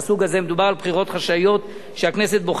שהכנסת בוחרת את נשיא המדינה ואת מבקר המדינה: